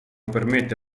permette